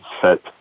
set